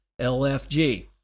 LFG